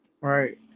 Right